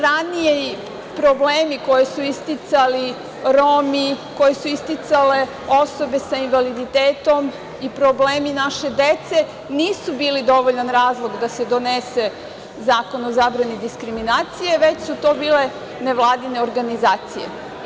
Raniji problemi koje su isticali Romi, koje su isticale osobe sa invaliditetom i problemi naše dece nisu bili dovoljan razlog da se donese Zakon o zabrani diskriminacije, već su to bile nevladine organizacije.